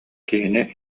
киһини